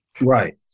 Right